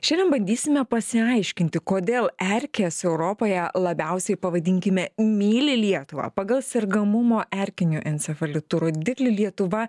šiandien bandysime pasiaiškinti kodėl erkės europoje labiausiai pavadinkime myli lietuvą pagal sergamumo erkiniu encefalitu rodiklį lietuva